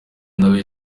nawe